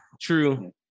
true